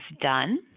done